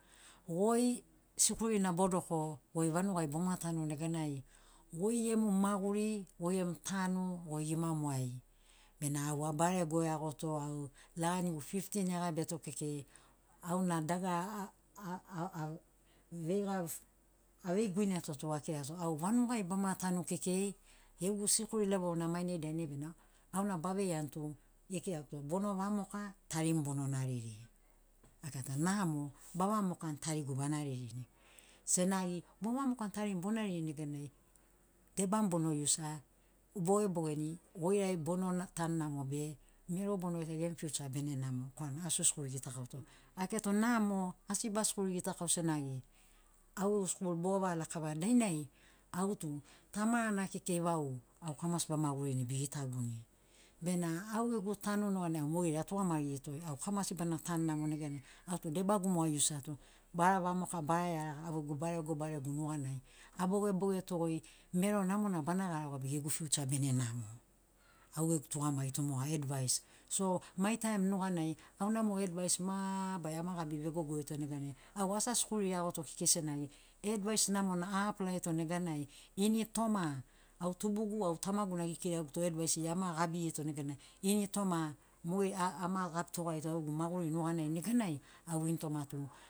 Goi sikuri na bodoko, goi vanugai boma tanu neganai, gooi gemu maguri, goi gemu tanu goi gimamuai. Bena au abarego iagoto au laganigu fifteen [15] egabiato kekei, au na dagara a veiga avei guineato tu akirato au vanugai bama tanu kekei gegu sikuri level na mainai dainai bena auna baveiani tu gekiraguto bono vamoka tarimu bono nariri. Akirato namo, bavamokani tarigu banaririni. Senagi bovamokani tarimu bonaririni neganai debamu bono iusia oboge bogeni goirai bono tanu namo be mero bono gita gemu future bene namo korana asi o skul gitakauto. Akirato namo, asi basikuri gitakau senagi au gegu skul bogo vaga lakavaia dainai au tu tamarana kekei vau au kamasi bamagurini bigitaguni. Bena au gegu tanu nugariai mogeri atugamagirito goi, au kamasi bana tanu namo au tu debagu mo ausia to. Bara vamoka, bara iaraga gegu barego barego nuganai a bogebogeto goi mero namona bana garagoa be gegu future bene namo, au gegu tugamagi tu moga, advise. So mai taim nuganai auna mo advais mabarari amagabi vegogorito nuganai au asi a sikuli iagoto kekei senagi advais namona a aplaiato neganai ini toma au tubugu au tamagu na gekiraguto advaisiri ama gabirito neganai ini toma mogeri ama gabitogarito au gegu maguri nuganai neganai au ini toma tu